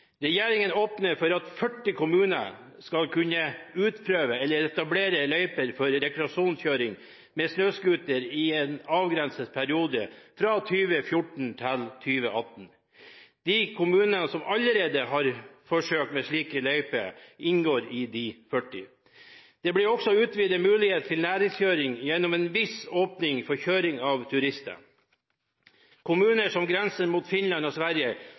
Regjeringen åpner for at 40 kommuner skal kunne utprøve eller etablere løyper for rekreasjonskjøring med snøscooter i en avgrenset periode fra 2014 til 2018. De kommunene som allerede har forsøk med slike løyper, inngår i de 40. Det blir også utvidet mulighet til næringskjøring gjennom en viss åpning for kjøring av turister. Kommuner som grenser mot Finland og Sverige,